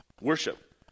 Worship